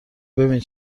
ببین